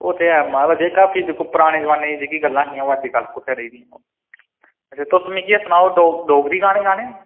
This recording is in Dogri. ओह् ते है माराज जेह्का फ्ही दिक्खो पराने जमाने दी जेह्कियां गल्लां हियां ओह् अजकल कुत्थै रेह्दियां न अच्छा तुस मिगी एह् सनाओ डोगरी डोगरी गाने गाने न